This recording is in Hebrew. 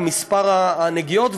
מספר הנגיעות,